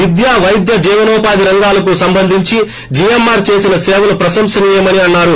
విద్య వైద్య జీవనోపాది రంగాలకు సంబంధించి జిఎమ్మారు చేసిన సేవలు ప్రశంసన్యమని అన్సారు